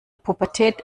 pubertät